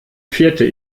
vierte